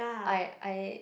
I I